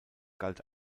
galt